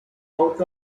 out